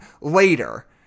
Later